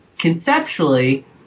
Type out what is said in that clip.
conceptually